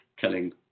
killing